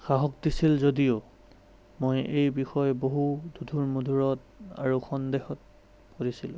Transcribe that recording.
সাহস দিছিল যদিও মই এই বিষয়ে বহু দোধোৰ মোধোৰত আৰু সন্দেহত পৰিছিলোঁ